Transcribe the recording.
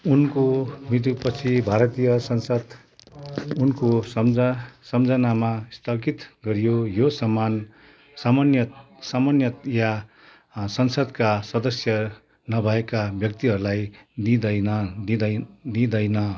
उनको मृत्युपछि भारतीय संसद उनको सम्झ सम्झनामा स्थगित गरियो यो सम्मान सामान्य सामान्यतया संसदका सदस्य नभएका व्यक्तिहरूलाई दिइँदैन दिइँदैन